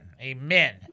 Amen